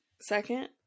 second